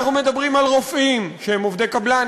אנחנו מדברים על רופאים שהם עובדי קבלן,